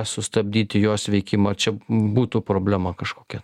sustabdyti jos veikimą čia būtų problema kažkokia